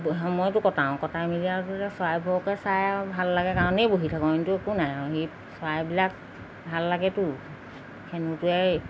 সময়টো কটাওঁ কটাই মেলি আৰু ধৰি লওক চৰাইবোৰকে চাই আৰু ভাল লাগে কাৰণেই বহি থাকোঁ অইনটো একো নাই আৰু সেই চৰাইবিলাক ভাল লাগেতো সেইটোৱেই